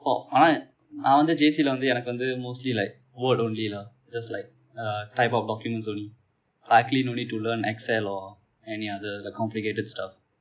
oh ஆனா நான் வந்து:aana naan vanthu J_C வந்து எனக்கு வந்து:vanthu ennaku vanthu mostly like word only lah just like uh type out documents only luckily no need to learn excel or any other the complicated stuff